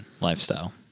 lifestyle